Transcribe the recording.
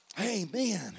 Amen